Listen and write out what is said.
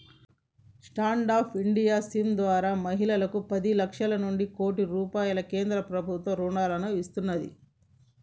stand up India scheme ద్వారా మహిళలకు పది లక్షల నుంచి కోటి వరకు కేంద్ర ప్రభుత్వం రుణాలను ఇస్తున్నాది